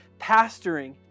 pastoring